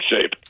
shape